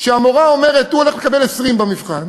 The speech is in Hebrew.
שהמורה אומרת שהוא הולך לקבל 20 במבחן,